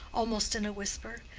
almost in a whisper.